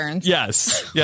Yes